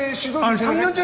super um junior!